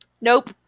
Nope